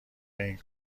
این